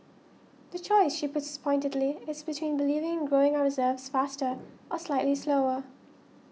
the choice she puts pointedly is between believing in growing our reserves faster or slightly slower